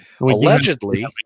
Allegedly